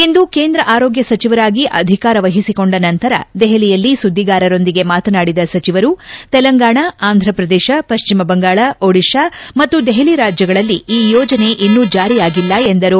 ಇಂದು ಕೇಂದ್ರ ಆರೋಗ್ಯ ಸಚಿವರಾಗಿ ಅಧಿಕಾರ ವಹಿಸಿಕೊಂಡ ನಂತರ ದೆಹಲಿಯಲ್ಲಿ ಸುದ್ದಿಗಾರರೊಂದಿಗೆ ಮಾತನಾಡಿದ ಸಚಿವರು ತೆಲಂಗಾಣ ಆಂಧ್ರಪ್ರದೇಶ ಪಶ್ಚಿಮ ಬಂಗಾಳ ಒಡಿಶಾ ಮತ್ತು ದೆಹಲಿ ರಾಜ್ಜಗಳಲ್ಲಿ ಈ ಯೋಜನೆ ಇನ್ನೂ ಜಾರಿಯಾಗಿಲ್ಲ ಎಂದರು